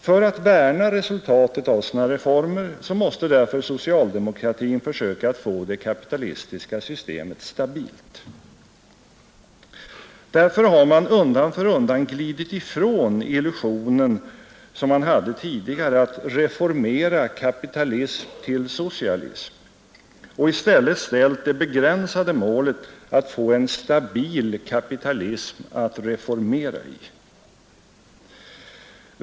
För att värna resultatet av sina reformer måste därför socialdemokratin försöka få det kapitalistiska systemet stabilt. Därför har man undan för undan glidit ifrån illusionen som man hade tidigare att reformera kapitalism till socialism och i stället ställt det begränsade målet att få en stabil kapitalism att reformera i.